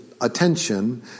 attention